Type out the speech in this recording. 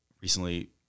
Recently